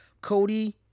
Cody